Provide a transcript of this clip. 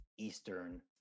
Eastern